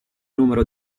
numero